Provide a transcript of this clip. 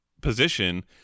position